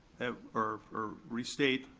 or restate,